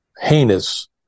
heinous